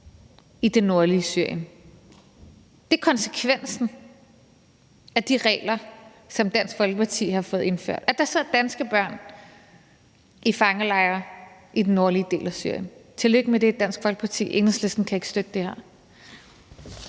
i det nordlige Syrien. Det er konsekvensen af de regler, som Dansk Folkeparti har fået indført, at der sidder danske børn i fangelejre i den nordlige del af Syrien. Tillykke med det, Dansk Folkeparti. Enhedslisten kan ikke støtte det her.